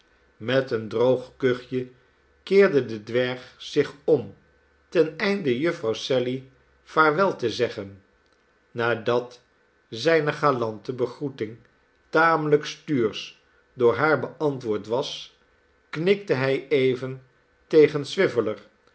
met een droog kuchje keerde de dwerg zich om ten einde jufvrouw sally vaarwel te zeggen nadat zijne galante begroeting tamelijk stuursch door haar beantwoord was knikte hij even